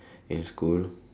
in school